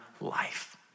life